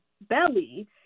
belly